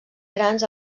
grans